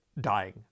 dying